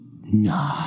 no